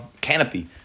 canopy